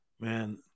man